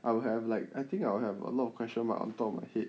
I will have like I think I will have a lot of questions mark on top of my head